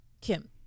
Kim